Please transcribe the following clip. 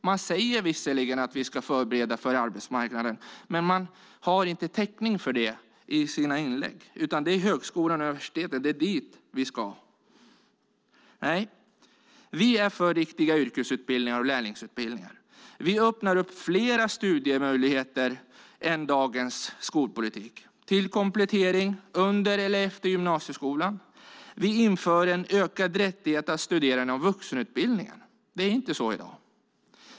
Man säger visserligen att vi ska förbereda för arbetsmarknaden, men man har inte täckning för det i sina inlägg, utan det är till högskolan och universitetet man ska. Vi är för riktiga yrkesutbildningar och lärlingsutbildningar. Vi öppnar flera studiemöjligheter än dagens skolpolitik till komplettering under eller efter gymnasieskolan. Vi inför en ökad rättighet att studera inom vuxenutbildningen. Det är inte så i dag.